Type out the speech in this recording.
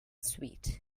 sweet